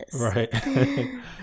right